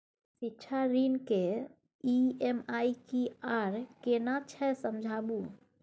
शिक्षा ऋण के ई.एम.आई की आर केना छै समझाबू?